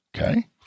okay